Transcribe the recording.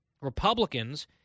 Republicans